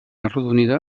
arrodonida